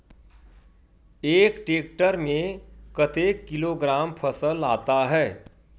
एक टेक्टर में कतेक किलोग्राम फसल आता है?